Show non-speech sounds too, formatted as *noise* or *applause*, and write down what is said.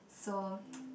so *noise*